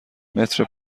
متر